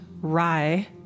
Rye